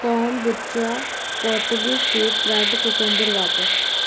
kombucha portuguese sweet bread cucumber water